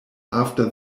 after